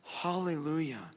Hallelujah